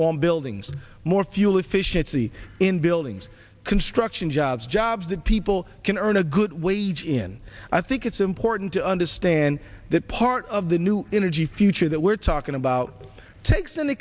on buildings more fuel efficiency in buildings construction jobs jobs that people can earn a good wage when i think it's important to understand that part of the new energy future that we're talking about takes in